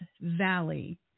Valley